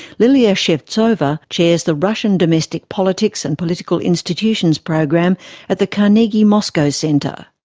lilia shevtsova chairs the russian domestic politics and political institutions program at the carnegie moscow center.